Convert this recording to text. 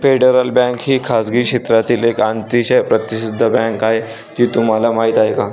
Federal bank ही खासगी क्षेत्रातील एक अतिशय प्रसिद्ध बँक आहे हे तुम्हाला माहीत आहे का?